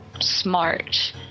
Smart